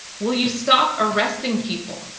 will you stop arresting people?